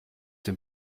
dem